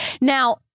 Now